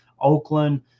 Oakland